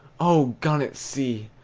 oh, gun at sea,